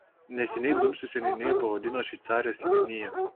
neseniai dumsių seniūniją pavadino šveicarijos seniūnija